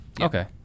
Okay